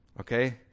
okay